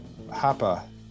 Hapa